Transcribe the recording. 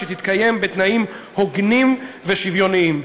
שתתקיים בתנאים הוגנים ושוויוניים.